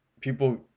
people